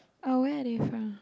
oh where are they from